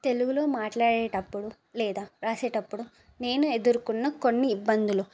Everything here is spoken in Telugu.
తెలుగులో మాట్లాడేటప్పుడు లేదా రాసేటప్పుడు నేను ఎదుర్కొన్న కొన్ని ఇబ్బందులు